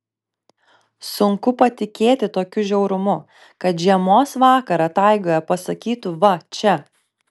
sunku patikėti tokiu žiaurumu kad žiemos vakarą taigoje pasakytų va čia